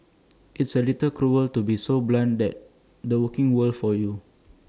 it's A little cruel to be so blunt but that's the working world for you